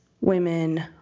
women